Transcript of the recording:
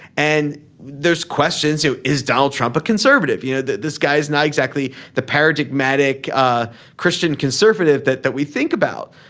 and there's questions who is donald trump a conservative. you know this guy's not exactly the paradigmatic ah christian conservative that that we think about.